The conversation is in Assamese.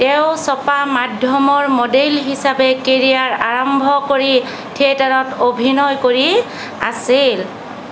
তেওঁঁ ছপা মাধ্যমৰ মডেল হিচাপে কেৰিয়াৰ আৰম্ভ কৰি থিয়েটাৰত অভিনয় কৰি আছিল